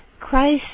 Christ